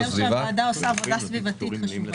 זה אומר שהוועדה עושה עבודה סביבתית חשובה.